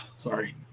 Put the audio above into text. Sorry